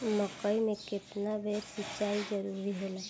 मकई मे केतना बेर सीचाई जरूरी होला?